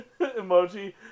emoji